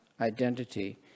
identity